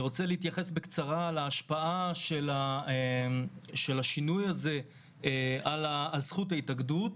אני רוצה להתייחס בקצרה להשפעה של השינוי הזה על זכות ההתאגדות.